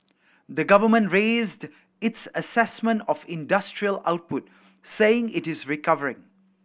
the government raised its assessment of industrial output saying it is recovering